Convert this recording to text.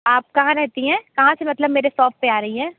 आप कहाँ रहती हैं कहाँ से मतलब मेरे सॉप पर आ रहीं हैं